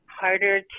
harder